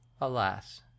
Alas